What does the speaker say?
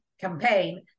campaign